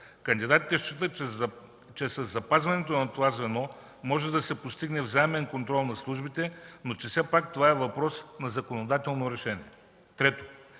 Кандидатите считат, че със запазването на това звено може да се постигне взаимен контрол на службите, но че все пак това е въпрос на законодателно решение.